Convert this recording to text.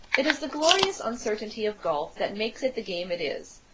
it is the glorious uncertainty of golf that makes it the game it is.